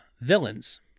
Villains